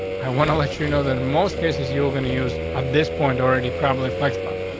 i want to let you know that most cases you're going to use at this point already probably flex box.